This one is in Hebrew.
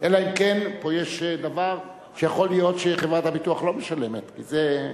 אלא אם כן יש פה דבר שיכול להיות שחברת הביטוח לא משלמת כי זה,